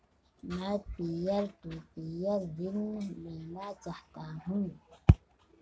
मैं peer to peer ऋण लेना चाहता हूँ